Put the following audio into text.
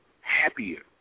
happier